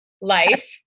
life